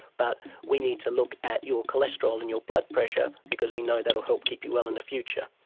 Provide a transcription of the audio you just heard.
but we need to look at your cholesterol and your blood pressure because we know that will help keep you well in the future.